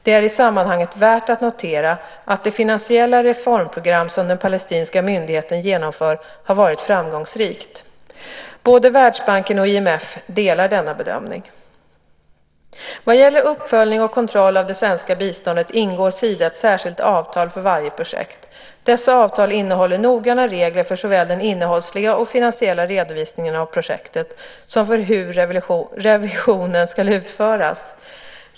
Det är i sammanhanget värt att notera att det finansiella reformprogram som den palestinska myndigheten genomfört har varit framgångsrikt. Både Världsbanken och IMF delar denna bedömning. Vad gäller uppföljning och kontroll av det svenska biståndet ingår Sida ett särskilt avtal för varje projekt. Dessa avtal innehåller noggranna regler för såväl den innehållsliga och finansiella redovisningen av projektet som för hur revisionen ska utföras.